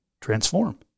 transform